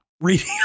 Reading